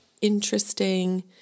interesting